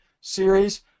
series